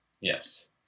Yes